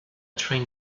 train